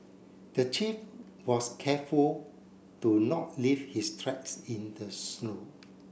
the thief was careful to not leave his tracks in the snow